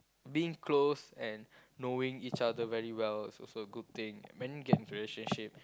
being close and knowing each other very well is also good thing when you get in a relationship